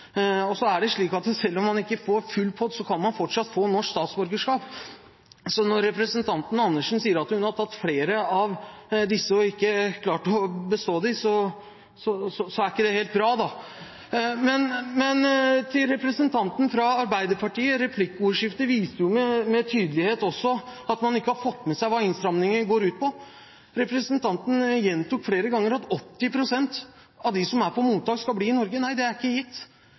Selv om man ikke får full pott, kan man fortsatt få norsk statsborgerskap. Så når representanten Andersen sier at hun har tatt flere av disse og ikke klart å bestå dem, er ikke det helt bra. Til representanten fra Arbeiderpartiet: Replikkordskiftet viste med tydelighet at man ikke har fått med seg hva innstrammingen går ut på. Representanten gjentok flere ganger at 80 pst. av dem som er på mottak, skal bli i Norge. Nei, det er ikke gitt.